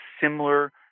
similar